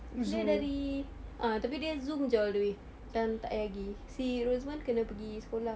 dia dari ah tapi dia Zoom jer all the way macam tak payah pergi macam si rozman kena pergi sekolah